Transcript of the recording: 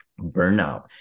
burnout